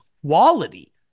quality